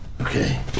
Okay